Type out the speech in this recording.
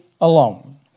alone